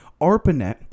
ARPANET